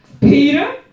Peter